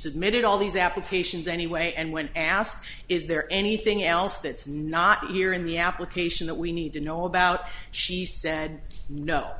submitted all these applications anyway and when asked is there anything else that's not here in the application that we need to know about she said no